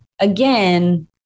again